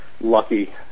lucky